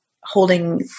holding